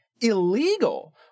illegal